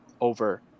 over